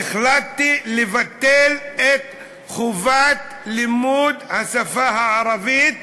החלטתי לבטל את חובת לימוד השפה הערבית